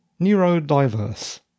neurodiverse